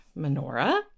menorah